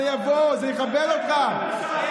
זה יבוא, זה יכבד אותך.